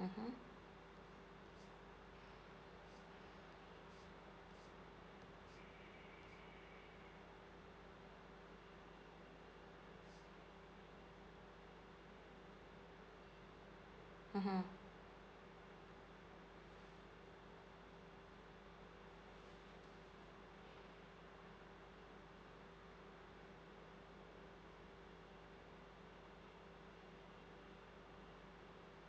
mmhmm mmhmm